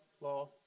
law